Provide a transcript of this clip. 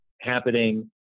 happening